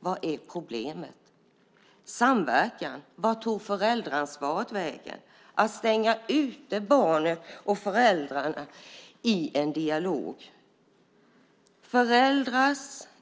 Vad är problemet? Vart tog samverkan och föräldraansvaret vägen? Varför ska man stänga ute barnet och föräldrarna från en dialog? Föräldrar,